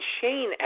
Shane